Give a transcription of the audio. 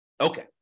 Okay